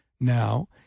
now